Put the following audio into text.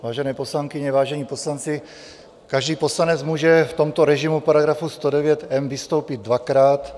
Vážené poslankyně, vážení poslanci, každý poslanec může v tomto režimu § 109m vystoupit dvakrát.